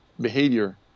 behavior